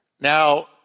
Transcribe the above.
Now